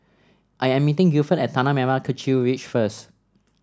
I am meeting Gilford at Tanah Merah Kechil Ridge first